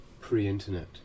pre-internet